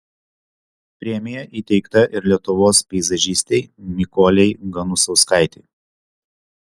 premija įteikta ir lietuvos peizažistei mykolei ganusauskaitei